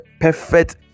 perfect